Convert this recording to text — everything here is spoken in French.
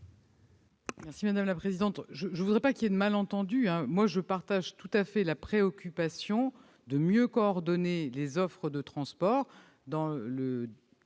est à Mme la ministre. Je ne voudrais pas qu'il y ait de malentendu : je partage tout à fait la préoccupation de mieux coordonner les offres de transport.